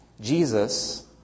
Jesus